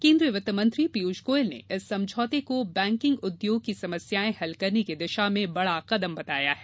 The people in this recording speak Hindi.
केन्द्रीय वित्त मंत्री पीयूष गोयल ने इस समझौते को बैकिंग उद्योग की समस्याएं हल करने की दिशा में बडा कदम बताया है